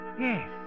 Yes